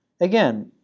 again